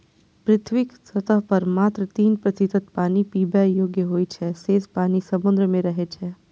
पृथ्वीक सतह पर मात्र तीन प्रतिशत पानि पीबै योग्य होइ छै, शेष पानि समुद्र मे रहै छै